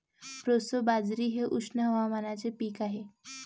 proso बाजरी हे उष्ण हवामानाचे पीक आहे